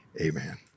amen